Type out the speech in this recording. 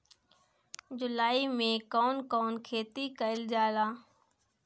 जुलाई मे कउन कउन खेती कईल जाला?